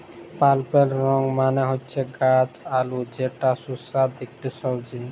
purple yam মালে হচ্যে গাছ আলু যেটা সুস্বাদু ইকটি সবজি